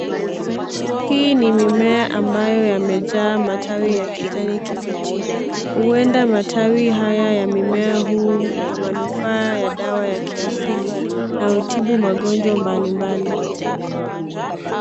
Hii ni mimea ambayo yamejaa matawi ya kijani kibichi. Huenda matawi haya ya mimea huu ina manufaa ya dawa ya kiasili na hutibu magonjwa mbalimbali.